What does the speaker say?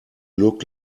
look